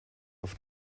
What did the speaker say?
auf